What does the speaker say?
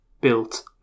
built